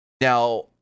Now